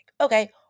Okay